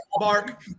Mark